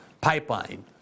pipeline